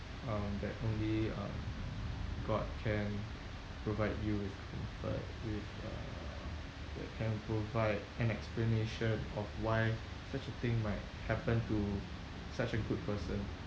um that only um god can provide you with comfort with uh that can provide an explanation of why such a thing might happen to such a good person